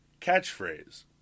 catchphrase